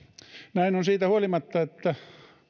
näin on siitä huolimatta että